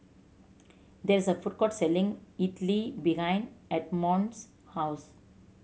there is a food court selling Idili behind Edmon's house